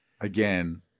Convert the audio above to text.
Again